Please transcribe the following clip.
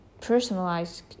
personalized